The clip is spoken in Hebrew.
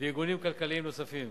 וארגונים כלכליים נוספים.